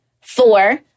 Four